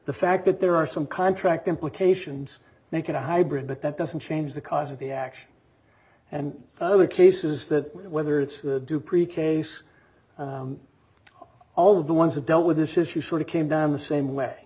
the fact that there are some contract implications make it a hybrid but that doesn't change the cause of the action and other cases that whether it's the do pre k use all of the ones that dealt with this issue sort of came down the same way